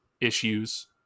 issues